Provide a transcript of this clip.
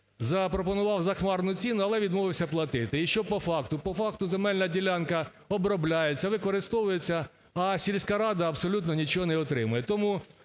запропонував захмарну ціну, але відмовився платити. І що по факту? По факту земельна ділянка обробляється, використовується, а сільська рада абсолютно нічого не отримує.